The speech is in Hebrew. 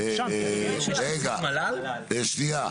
רגע שנייה,